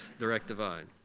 direct divide.